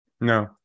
No